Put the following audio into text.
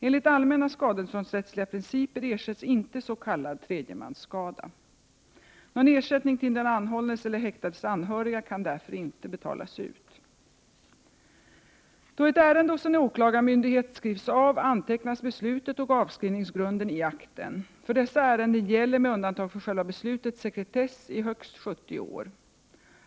Enligt allmänna skadeståndsrättsliga principer ersätts inte s.k. tredjemansskada. Någon ersättning till den anhållnes eller häktades anhöriga kan därför inte betalas ut. Då ett ärende hos en åklagarmyndighet skrivs av antecknas beslutet och avskrivningsgrunden i akten. För dessa ärenden gäller, med undantag för själva beslutet, sekretess i högst 70 år.